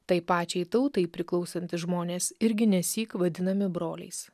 tai pačiai tautai priklausantys žmonės irgi nesyk vadinami broliais